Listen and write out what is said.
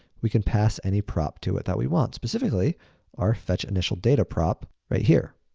we can pass any prop to it that we want, specifically our fetchinitialdata prop right here.